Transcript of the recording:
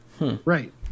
Right